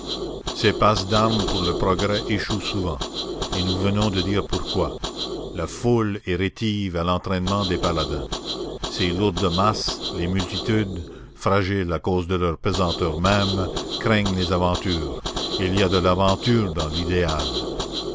ces passes d'armes pour le progrès échouent souvent et nous venons de dire pourquoi la foule est rétive à l'entraînement des paladins ces lourdes masses les multitudes fragiles à cause de leur pesanteur même craignent les aventures et il y a de l'aventure dans l'idéal